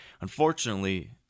Unfortunately